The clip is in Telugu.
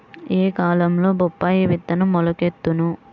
ఏ కాలంలో బొప్పాయి విత్తనం మొలకెత్తును?